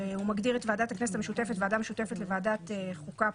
הוא מגדיר את ועדת הכנסת המשותפת ועדה משותפת לוועדת החוקה,